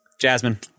Jasmine